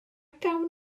gawn